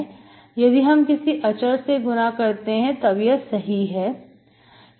यदि हम किसी अचर से गुणा करते हैं तब यह सही है